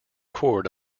chord